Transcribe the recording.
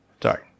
Sorry